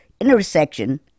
intersection